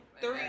three